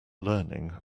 learning